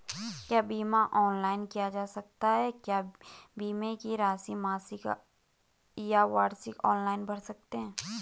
क्या बीमा ऑनलाइन किया जा सकता है क्या बीमे की राशि मासिक या वार्षिक ऑनलाइन भर सकते हैं?